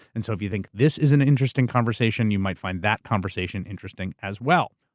and so if you think this is an interesting conversation, you might find that conversation interesting, as well.